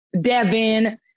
Devin